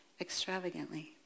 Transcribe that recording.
extravagantly